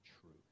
truth